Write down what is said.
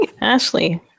Ashley